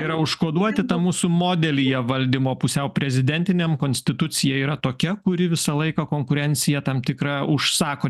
yra užkoduoti mūsų modelyje valdymo pusiau prezidentinėm konstitucija yra tokia kuri visą laiką konkurenciją tam tikrą užsako